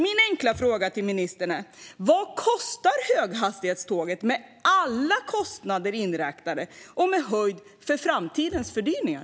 Min enkla fråga till infrastrukturministern är: Vad kostar höghastighetståget med alla kostnader inräknade och med höjd tagen för framtida fördyrningar?